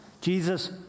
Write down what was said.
Jesus